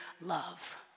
love